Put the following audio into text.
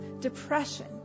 depression